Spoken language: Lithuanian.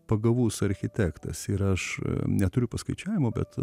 pagavus architektas ir aš neturiu paskaičiavimo bet